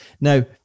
now